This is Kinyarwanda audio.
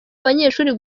abanyeshuli